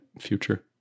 future